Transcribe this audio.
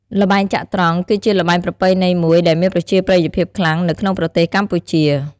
ល្បែងចត្រង្គ គឺជាល្បែងប្រពៃណីមួយដែលមានប្រជាប្រិយភាពខ្លាំងនៅក្នុងប្រទេសកម្ពុជា។